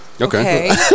okay